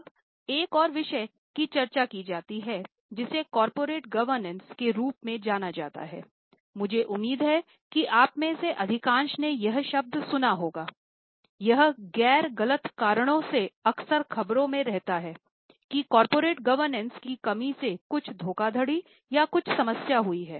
अबएक और विषय की चर्चा की जाती है जिसे कॉर्पओरेट गवर्नेंस है